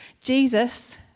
Jesus